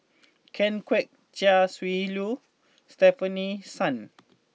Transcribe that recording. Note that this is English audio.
Ken Kwek Chia Shi Lu Stefanie Sun